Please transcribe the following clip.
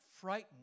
frightened